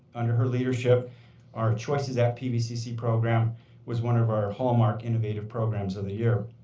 under her leadership are choices at pvcc program was one of our hallmark innovative programs of the year.